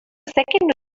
second